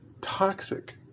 toxic